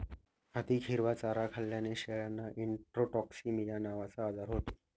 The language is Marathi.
अधिक हिरवा चारा खाल्ल्याने शेळ्यांना इंट्रोटॉक्सिमिया नावाचा आजार होतो